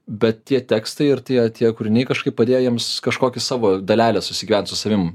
bet tie tekstai ir tie tie kūriniai kažkaip padėjo jiems kažkokį savo dalelę susigyvent su savim